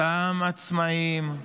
אותם עצמאים,